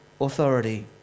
authority